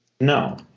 No